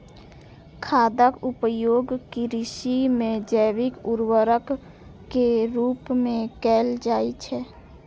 खादक उपयोग कृषि मे जैविक उर्वरक के रूप मे कैल जाइ छै